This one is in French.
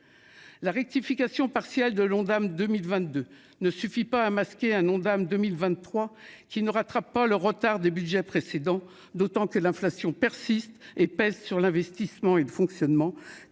la rectification partielle de l'Ondam 2022 ne suffit pas à masquer un Ondam 2023 qui ne rattrape pas le retard des Budgets précédents, d'autant que l'inflation persiste et pèse sur l'investissement et de fonctionnement